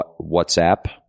WhatsApp